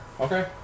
Okay